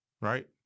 right